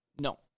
No